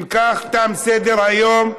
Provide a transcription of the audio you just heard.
אם כך, הצעת החוק עברה.